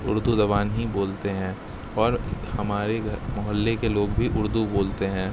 اردو زبان ہی بولتے ہیں اور ہمارے گھر محلے کے لوگ بھی اردو بولتے ہیں